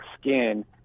skin